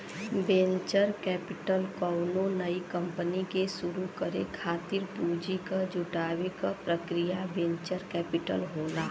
venture capital कउनो नई company के शुरू करे खातिर पूंजी क जुटावे क प्रक्रिया वेंचर कैपिटल होला